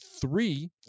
three